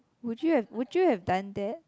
would you have would you have done that